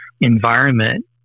environment